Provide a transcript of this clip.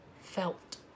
felt